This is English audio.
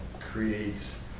creates